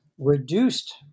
reduced